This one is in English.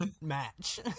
match